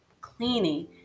cleaning